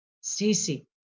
Stacey